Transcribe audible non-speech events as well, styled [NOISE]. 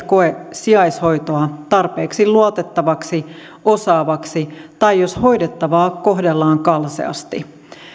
[UNINTELLIGIBLE] koe sijaishoitoa tarpeeksi luotettavaksi osaavaksi tai jos hoidettavaa kohdellaan kalseasti